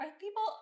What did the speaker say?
people